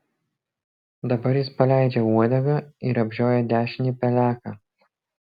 dabar jis paleidžia uodegą ir apžioja dešinį peleką